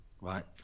right